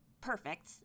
perfect